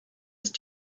ist